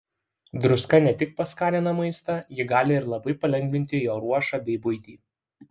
druska ne tik paskanina maistą ji gali ir labai palengvinti jo ruošą bei buitį